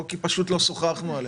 או כי לא שוחחנו עליה.